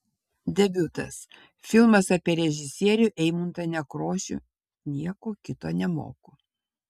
debiutas filmas apie režisierių eimuntą nekrošių nieko kito nemoku